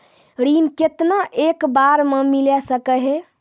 ऋण केतना एक बार मैं मिल सके हेय?